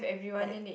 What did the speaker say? like